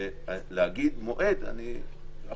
איני יכול